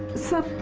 sir.